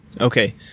Okay